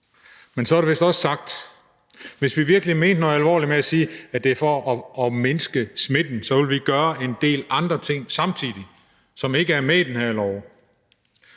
Men så er det vist også sagt. Hvis vi virkelig mente noget alvorligt med at sige, at det er for at mindske smitten, ville vi gøre en del andre ting samtidig, som ikke er med i det her